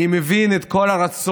אני מבין את כל הרצון